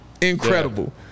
Incredible